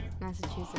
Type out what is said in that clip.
Massachusetts